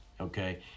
okay